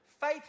faith